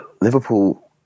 Liverpool